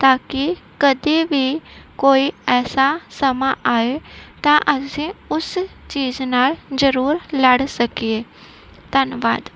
ਤਾਂ ਕੀ ਕਦੇ ਵੀ ਕੋਈ ਐਸਾ ਸਮਾਂ ਆਏ ਤਾਂ ਅਸੀਂ ਉਸ ਚੀਜ਼ ਨਾਲ ਜਰੂਰ ਲੜ ਸਕੀਏ ਧੰਨਵਾਦ